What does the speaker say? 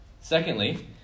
Secondly